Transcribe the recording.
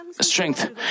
strength